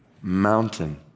mountain